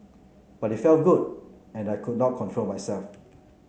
but it felt good and I could not control myself